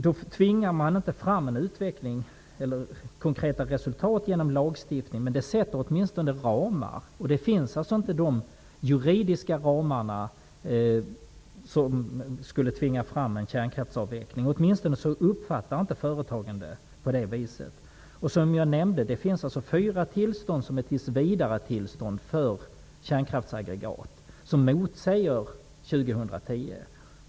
Man tvingar inte fram en utveckling eller konkreta resultat genom lagstiftning, men det sätter åtminstone ramar, och de juridiska ramar som skulle tvinga fram en kärnkraftsavveckling finns inte -- åtminstone uppfattar inte företagen det på det viset. Som jag nämnde finns det fyra tillstånd för kärnkraftsaggregat som är tills-vidare-tillstånd, vilket motsäger 2010.